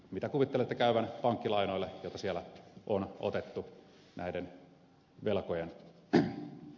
miten kuvittelette käyvän pankkilainoille joita siellä on otettu näiden velkojen oton aikana